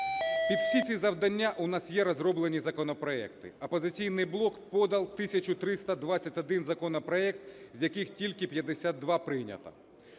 Під всі ці завдання у нас є розроблені законопроекти. "Опозиційний блок" подав 1 тисячу 321 законопроект, з яких тільки 52 прийнято.